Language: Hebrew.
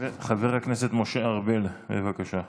חבר הכנסת משה ארבל, בבקשה.